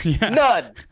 None